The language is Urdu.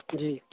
جی